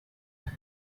iyi